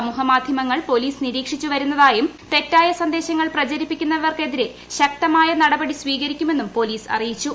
സമൂഹ മാധ്യമങ്ങൾ പൊലീസ് നിരീക്ഷിച്ചു വരുന്നതായും തെറ്റായ സന്ദേശങ്ങൾ പ്രചരിപ്പിക്കുന്നവർക്കെതിരെ ശക്തമായ നടപടി സ്വീകരിക്കുമെന്നും പൊലീസ് അറിയിച്ചു